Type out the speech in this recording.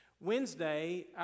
Wednesday